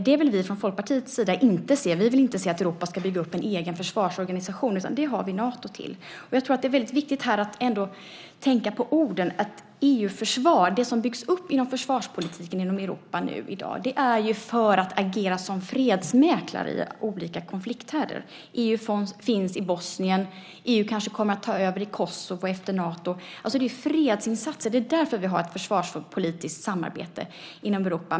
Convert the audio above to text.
Det vill vi från Folkpartiets sida inte se. Vi vill inte se att Europa ska bygga upp en egen försvarsorganisation, utan det har vi Nato till. Jag tror att det är väldigt viktigt att här ändå tänka på orden. Ett EU-försvar, det som byggs upp inom försvarspolitiken inom Europa i dag, ska agera som fredsmäklare i olika konflikthärdar. EU finns i Bosnien. EU kanske kommer att ta över i Kosovo efter Nato. Det handlar om fredsinsatser. Det är därför som vi har ett försvarspolitiskt samarbete inom Europa.